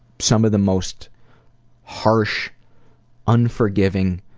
some of the most harsh unforgiving,